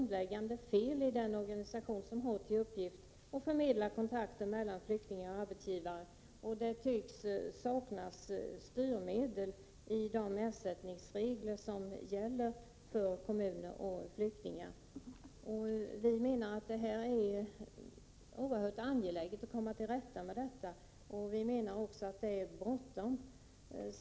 Den organisation som har till uppgift att förmedla kontakt mellan flyktingar och arbetsgivare är behäftad med grundläggande fel. Det saknas styrmedel i de ersättningsregler som gäller för kommuner och flyktingar. Det är oerhört angeläget att komma till rätta med dessa problem, och det är bråttom.